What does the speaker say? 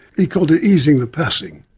he called it easing the passing.